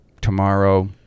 Tomorrow